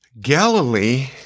Galilee